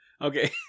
Okay